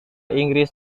inggris